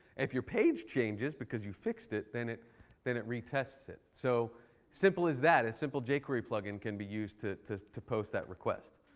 if your page changes, because you fixed it, then it then it retests it. so simple as that a simple jquery plug-in can be used to just to post that request.